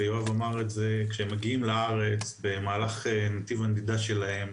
כשהם מגיעים לארץ במהלך נתיב הנדידה שלהם,